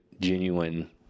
genuine